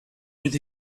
with